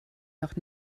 noch